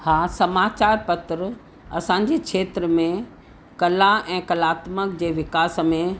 हा समाचार पत्र असांजे खेत्र में कला ऐं कलात्मक जे विकास में